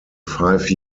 five